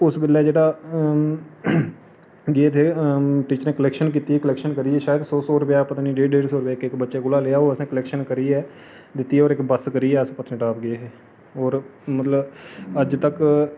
उस बेल्लै जेह्ड़ा गे हे टीचरें कोलैक्शन कीती ही कोलैक्शन करियै शायद सौ सौ रपेआ पता निं डेढ डेढ सौ इक इक बच्चें कोला लेइयै ओह् असें कोलैक्शन करियै दित्ती होर इक बस करियै अस पत्नीटॉप गे हे होर मतलब अज्ज तक